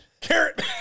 Carrot